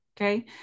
okay